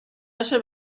نشه